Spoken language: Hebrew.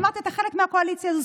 אמרתי שאתה חלק מהקואליציה הזאת.